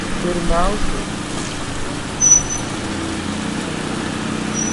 pirmiausia kuo greičiau susitikti su ramziu